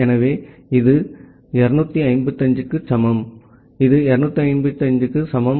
எனவே இது 255 க்கு சமம் இது 255 க்கு சமம்